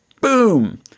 Boom